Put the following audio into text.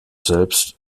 selbst